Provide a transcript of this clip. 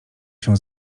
się